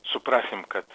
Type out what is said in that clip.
suprasim kad